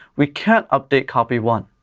we can't update copy one,